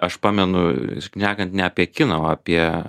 aš pamenu šnekant ne apie kiną o apie